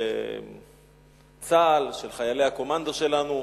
של צה"ל, של חיילי הקומנדו שלנו,